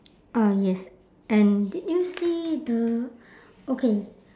uh yes and did you see the okay